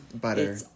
butter